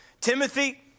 Timothy